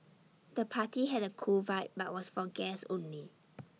the party had A cool vibe but was for guests only